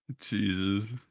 Jesus